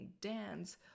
dance